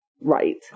right